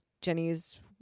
jenny's